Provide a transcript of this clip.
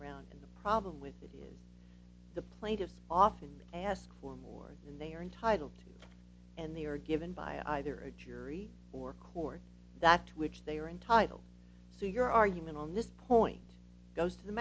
around in the problem which is the plaintiffs often ask for more than they are entitled to and they are given by either a jury or court that to which they are entitled so your argument on this point goes to the